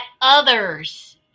others